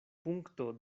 punkto